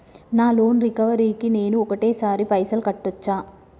నా loan recovery కి నేను ఒకటేసరి పైసల్ కట్టొచ్చా?